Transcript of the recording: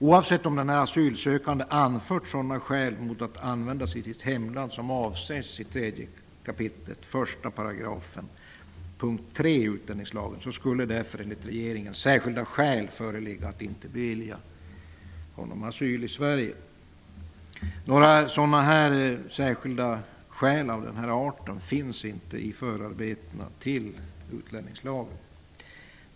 Oavsett om denne asylsökande har anfört sådana skäl mot att återvända till sitt hemland som avses i 3 kap. 1 § 3 utlänningslagen, skulle därför enligt regeringen särskilda skäl kunna föreligga att inte bevilja honom asyl i Sverige. Några särskilda skäl av den här arten anges inte i förarbetena till utlänningslagen.